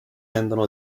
tendono